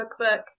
cookbook